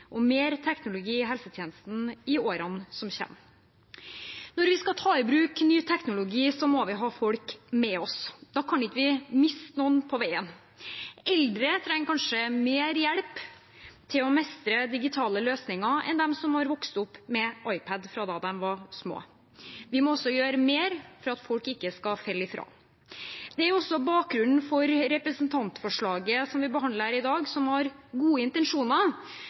bruk mer velferdsteknologi og mer teknologi i helsetjenesten i årene som kommer. Når vi skal ta i bruk ny teknologi, må vi ha folk med oss. Da kan vi ikke miste noen på veien. Eldre trenger kanskje mer hjelp til å mestre digitale løsninger enn de som har vokst opp med iPad fra de var små. Vi må også gjøre mer for at folk ikke skal falle fra. Det er også bakgrunnen for representantforslaget som vi behandler her i dag, som har gode intensjoner.